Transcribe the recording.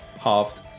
Halved